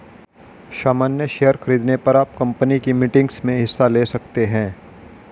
सामन्य शेयर खरीदने पर आप कम्पनी की मीटिंग्स में हिस्सा ले सकते हैं